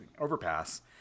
overpass